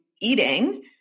eating